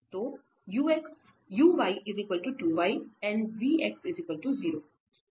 तो और